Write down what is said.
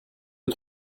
aux